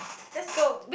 let's go